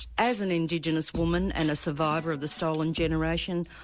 as an indigenous woman and a survivor of the stolen generation,